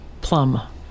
plum